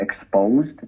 exposed